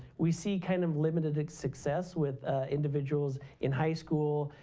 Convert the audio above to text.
we see kind of limited success with individuals in high school.